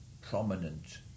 prominent